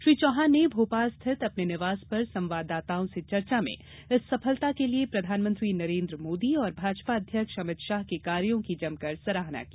श्री चौहान ने भोपाल स्थित अपने निवास पर संवाददाताओं से चर्चा में इस सफलता के लिए प्रधानमंत्री नरेंद्र मोदी और भाजपा अध्यक्ष अमित शाह के कार्यो की जमकर सराहना की